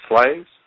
slaves